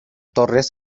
torres